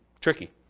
tricky